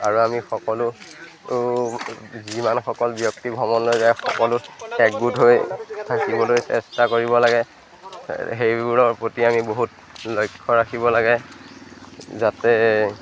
আৰু আমি সকলো যিমানসকল ব্যক্তি ভ্ৰমণলৈ যায় সকলো একগোট হৈ থাকিবলৈ চেষ্টা কৰিব লাগে সেইবোৰৰ প্ৰতি আমি বহুত লক্ষ্য ৰাখিব লাগে যাতে